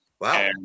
Wow